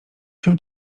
się